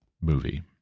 movie